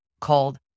called